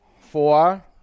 Four